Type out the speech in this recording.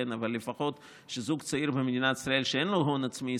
אבל לפחות שזוג צעיר במדינת ישראל שאין לו הון עצמי של